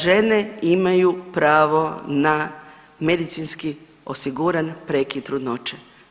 Žene imaju pravo na medicinski osiguran prekid trudnoće.